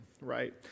right